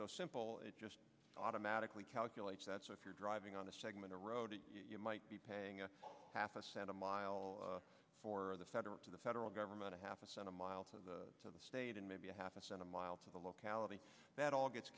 so simple it just automatically calculates that so if you're driving on a segment a road you might be paying a half a cent a mile for the federal to the federal government a half a set of miles to the state and maybe a half a cent a mile to the locality that all gets